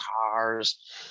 cars